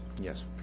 Yes